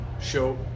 show